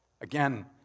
Again